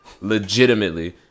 legitimately